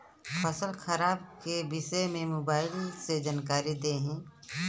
फसल खराब के विषय में मोबाइल जानकारी देही